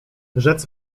rzec